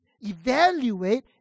evaluate